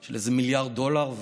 של איזה מיליארד דולר,